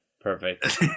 Perfect